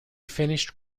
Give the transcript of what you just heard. finished